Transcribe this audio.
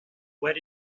where